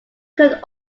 could